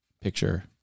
picture